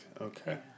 Okay